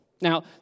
Now